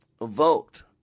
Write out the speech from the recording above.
vote